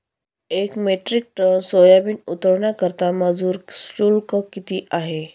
एक metric ton soybean उतरवण्याकरता मजूर शुल्क किती आहे?